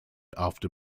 after